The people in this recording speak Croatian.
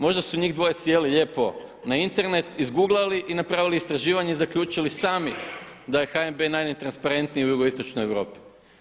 Možda su njih dvoje sjeli lijepo na Internet, izguglali i napravili istraživanje i zaključili sami da je HNB najnetransparentniji u jugoistočnoj Europi.